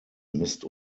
misst